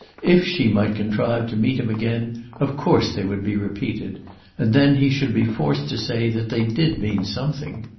if she might contrive to meet him again of course they would be repeated, and then he should be forced to say that they did mean something.